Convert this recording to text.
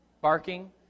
Barking